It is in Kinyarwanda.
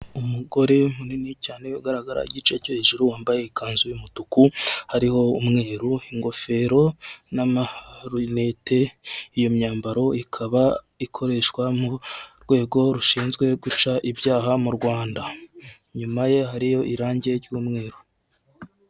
Umugore munini cyane ugaragara igice cyo hejuru wambaye ikanzu y'umutuku hariho umweru, ingofero n'amarinete, iyo myambaro ikaba ikoreshwa mu rwego rushinzwe guca ibyaha mu Rwanda, nyuma ye hariyo irangi ry'umweru.